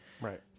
Right